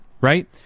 Right